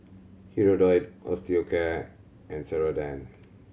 Hirudoid Osteocare and Ceradan